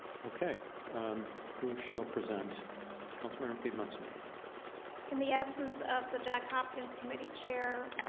okay who shall present counselor piedmont smith in the absence of the jack hopkins committee chair?